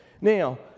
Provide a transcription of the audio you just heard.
Now